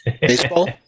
Baseball